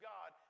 God